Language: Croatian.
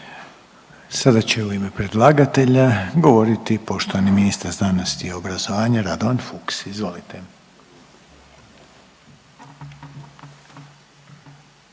Sada će u ime predlagatelja govoriti poštovani ministar znanosti i obrazovanja Radovan Fuchs. Izvolite.